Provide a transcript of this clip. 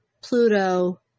Pluto